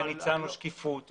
אנחנו הצענו שקיפות ופיקוח.